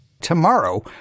Tomorrow